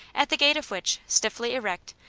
at the gate of which, stiffly erect,